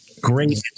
Great